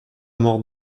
mort